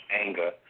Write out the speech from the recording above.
anger